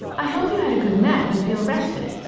i hope you had a good nap and feel rested,